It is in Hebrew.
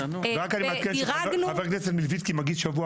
רק אני מבקש: חבר הכנסת מלביצקי מגיש שבוע